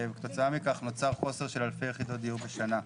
וכתוצאה מכך נוצר חוסר של אלפי יחידות דיור בשנה.